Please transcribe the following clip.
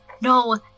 no